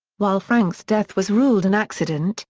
while frank's death was ruled an accident,